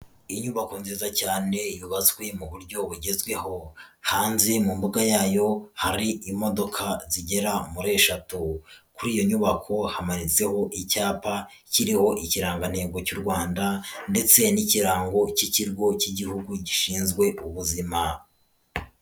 Inyubako nziza cyane yubatswe mu buryo bugezweho hanze mu mbuga yayo hari imodoka zigera muri eshatu kuri iyo nyubako hamanitseho icyapa kiriho ikirangantego cy'u Rwanda ndetse n'ikirango cy'ikigo cy'igihugu gishinzwe ubuzima.